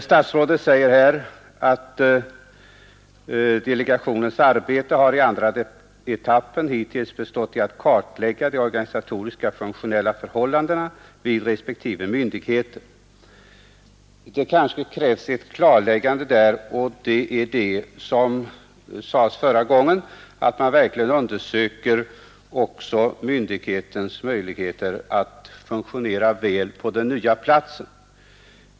Statsrådet säger att delegationens arbete i den andra etappen hittills har bestått i att kartlägga de organisatoriska och funktionella förhållandena inom respektive myndigheter. Det kanske krävs ett klarläggande i detta avseende om att man, såsom framhölls förra gången, verkligen också kommer att undersöka myndighetens möjligheter att fungera väl på den nya platsen.